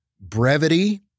Brevity